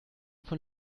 von